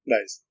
Nice